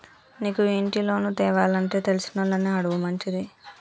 నీకు ఇంటి లోను తేవానంటే తెలిసినోళ్లని అడుగుడు మంచిది